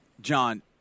John